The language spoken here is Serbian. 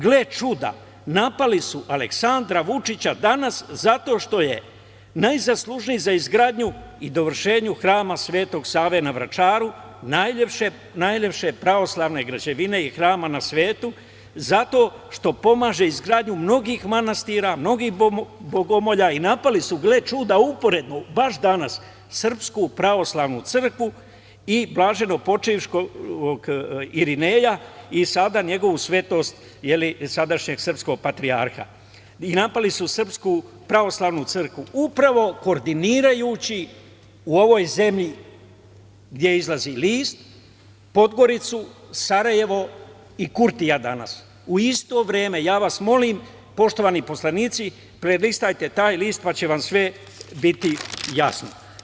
Gle čuda, napali su Aleksandra Vučića danas zato što je najzaslužniji za izgradnju i dovršenju Hrama Svetog Save na Vračaru, najlepše pravoslavne građevine i hrama na svetu, zato što pomaže izgradnju mnogih manastira i mnogih bogomolja i napali su, gle čuda uporedno, baš danas SPC, i blaženo počivškog irineja i sada njegovu svetost sadašnjeg srpskog patrijarha i napali su SPC, upravo koordinirajući u ovoj zemlji gde izlazi list Podgoricu, Sarajevo, i Kurtija danas, u isto vreme i ja vas molim poštovani poslanici prelistajte taj list, pa će vam sve biti jasno.